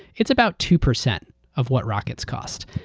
it's about two percent of what rockets cost.